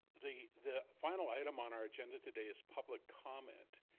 the the final item on our agenda today is public comment,